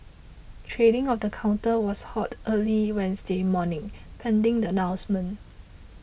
trading of the counter was halted early Wednesday morning pending the announcement